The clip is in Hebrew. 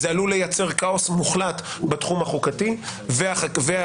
זה עלול לייצר כאוס מוחלט בתחום החוקתי והחקיקתי.